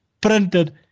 Printed